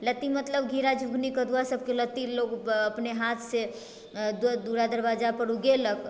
लत्ती मतलब घेरा झिङ्गुली कदुआ सबके लत्ती लोक अपने हाथसँ दुरा दरवाजापर उगेलक